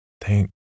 thank